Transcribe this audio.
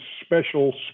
special